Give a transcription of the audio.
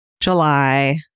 July